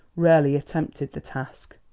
rarely attempted the task.